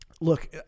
look